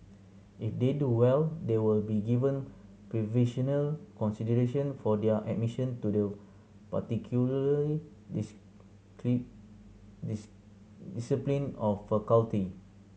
if they do well they will be given preferential consideration for their admission to the particular discipline or faculty